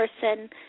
person